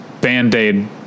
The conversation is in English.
band-aid